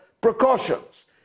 precautions